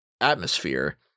atmosphere